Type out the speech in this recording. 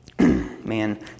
man